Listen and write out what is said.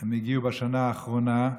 הם הגיעו, בשנה האחרונה,